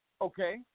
Okay